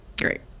Great